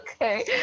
Okay